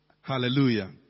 Hallelujah